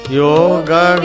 yoga